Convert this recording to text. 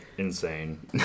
Insane